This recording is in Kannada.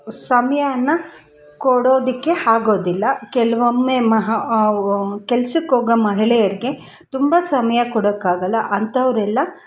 ಸಮಯನ ಕೊಡೋದಕ್ಕೆ ಆಗೋದಿಲ್ಲ ಕೆಲವೊಮ್ಮೆ ಮಹ ಕೆಲ್ಸಕ್ಕೆ ಹೋಗೋ ಮಹಿಳೆಯರಿಗೆ ತುಂಬ ಸಮಯ ಕೊಡೊಕ್ಕಾಗಲ್ಲ ಅಂಥವರೆಲ್ಲ